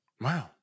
Wow